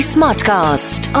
Smartcast